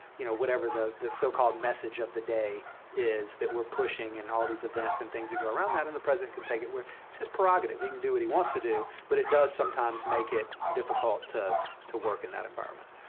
you know, whatever the the so-called message of the day is that we're pushing in all these events and things that go around that. and the president can take it it's his prerogative. he can do what he wants to do, but it does sometimes make it difficult to to work in that environment,